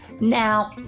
now